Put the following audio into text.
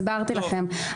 הסברתי לכם,